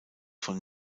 von